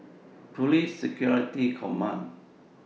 Police Security Command